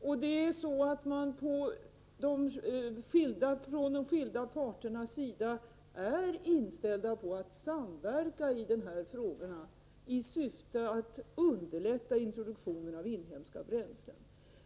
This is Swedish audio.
Och det är så att de skilda parterna är inställda på att samverka i dessa frågor i syfte att underlätta introduktionen av inhemska bränslen.